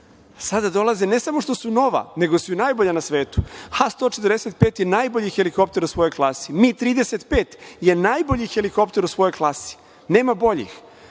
Sada dolaze ne samo što su nova, nego su i najbolja na svetu, HA 145 je najbolji helikopter u svojoj klasi, MI 35 je najbolji helikopter u svojoj klasi, nema boljih.